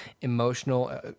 emotional